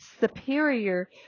superior